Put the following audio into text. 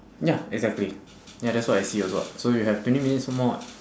ya exactly ya that's what I see also [what] so you have twenty minutes more [what]